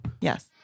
Yes